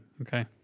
Okay